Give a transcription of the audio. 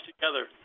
together